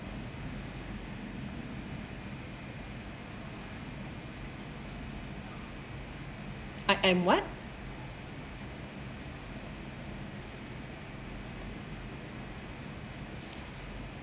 I am what